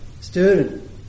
Student